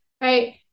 Right